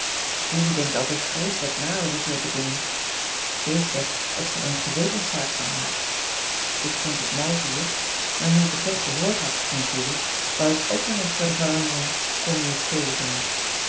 julie denkt altijd vreeselijk na over zulke dingen kees zegt dat ze er een gewetenszaak van maakt ik vind het mal zie je maar nu ik t toch gehoord had van julie wou ik ook wel eens voor de verandering comme il faut zijn